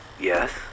Yes